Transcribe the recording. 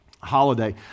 holiday